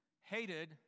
hated